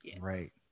right